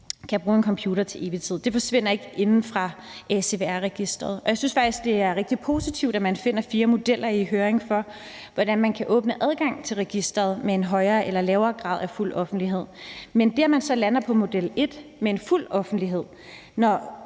kan bruge en computer. Det forsvinder ikke fra CVR-registeret. Jeg synes faktisk, det er rigtig positivt, at man sender fire modeller i høring, i forhold til hvordan man kan åbne adgang til registeret med en højere eller lavere grad af offentlighed. Men det, at man så lander på model et med fuld offentlighed, når